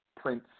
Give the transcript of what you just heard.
Prince